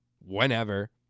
whenever